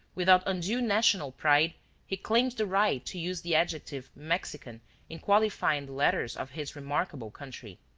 without undue national pride he claims the right to use the adjective mexican in qualifying the letters of his remarkable country.